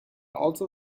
also